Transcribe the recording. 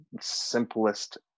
simplest